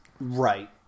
Right